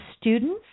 students